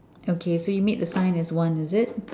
okay so you made the sign as one is it